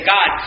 God